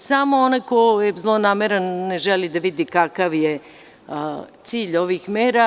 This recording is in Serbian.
Samo onaj ko je zlonameran ne želi da vidi kakav je cilj ovih mera.